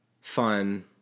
fun